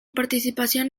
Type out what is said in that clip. participación